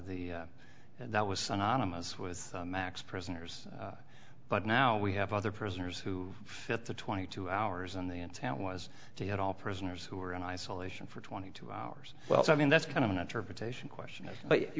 that was synonymous with max prisoners but now we have other prisoners who fit the twenty two hours and the intent was to get all prisoners who were in isolation for twenty two hours well i mean that's kind of an interpretation question but